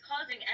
causing